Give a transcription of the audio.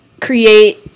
create